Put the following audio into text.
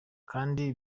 kandi